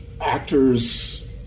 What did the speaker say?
actors